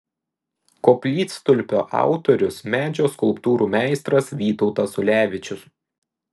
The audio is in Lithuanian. koplytstulpio autorius medžio skulptūrų meistras vytautas ulevičius